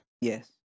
Yes